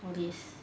all this